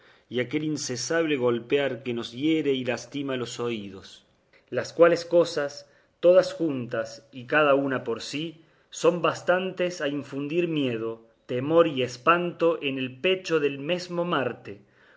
y aquel incesable golpear que nos hiere y lastima los oídos las cuales cosas todas juntas y cada una por sí son bastantes a infundir miedo temor y espanto en el pecho del mesmo marte